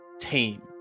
team